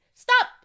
Stop